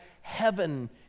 heaven